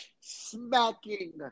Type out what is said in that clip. Smacking